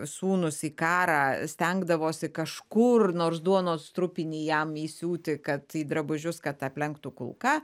sūnus į karą stengdavosi kažkur nors duonos trupinį jam įsiūti kad į drabužius kad aplenktų kulka